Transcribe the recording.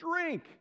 drink